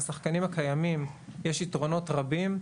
לשחקנים הקיימים יש יתרונות רבים,